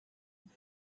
pour